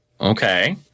Okay